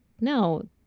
No